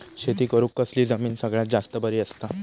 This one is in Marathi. शेती करुक कसली जमीन सगळ्यात जास्त बरी असता?